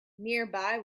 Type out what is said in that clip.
nearby